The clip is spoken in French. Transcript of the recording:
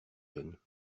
jeunes